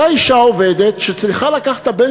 אותה אישה עובדת שצריכה לקחת את הבן